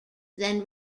then